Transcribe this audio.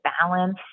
balance